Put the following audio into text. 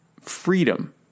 freedom